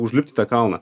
užlipt į tą kalną